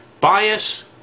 bias